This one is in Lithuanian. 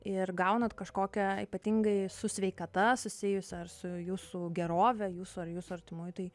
ir gaunat kažkokią ypatingai su sveikata susijusią ar su jūsų gerove jūsų ar jūsų artimųjų tai